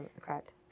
correct